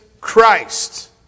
Christ